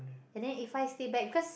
and then if five day back because